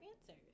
answers